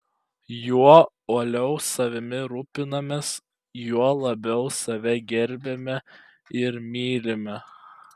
juo uoliau savimi rūpinamės juo labiau save gerbiame ir mylime